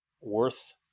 worth